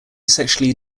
sexually